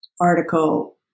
article